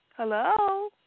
Hello